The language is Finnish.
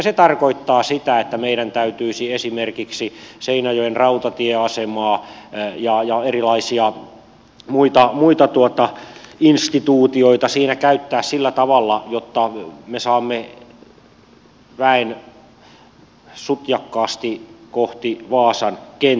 se tarkoittaa sitä että meidän täytyisi esimerkiksi seinäjoen rautatieasemaa ja erilaisia muita instituutioita siinä käyttää sillä tavalla jotta me saamme väen sutjakkaasti kohti vaasan kenttää